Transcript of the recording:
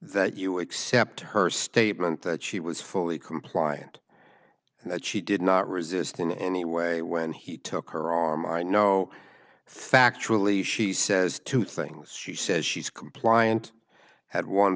that you accept her statement that she was fully compliant and that she did not resist in any way when he took her arm i know factually she says two things she says she's compliant had one